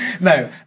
No